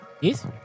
Yes